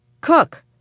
cook